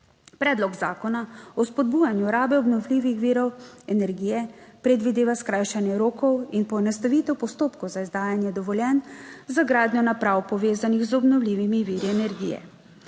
Predlog zakona o spodbujanju rabe obnovljivih virov energije predvideva skrajšanje rokov in poenostavitev postopkov za izdajanje dovoljenj za gradnjo naprav, povezanih z obnovljivimi viri energije.